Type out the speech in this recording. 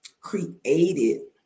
created